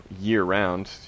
year-round